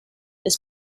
this